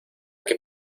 que